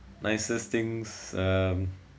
nicest things um